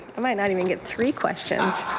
i might not even get three questions,